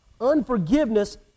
Unforgiveness